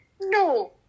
No